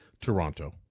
Toronto